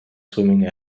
swimming